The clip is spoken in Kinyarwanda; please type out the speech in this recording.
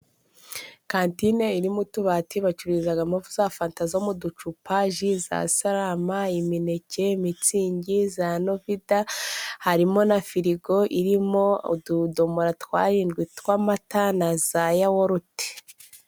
Kantine iri mo utubati bacururizagamo za fanta zo mu ducupa, ji za sarama, imineke, mitsingi, za novida, harimo na firigo irimo ududobo twa arindwi tw'amata na za yawurute.